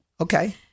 Okay